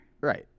Right